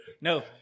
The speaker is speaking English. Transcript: No